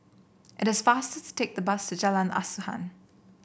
it is faster to take the bus to Jalan Asuhan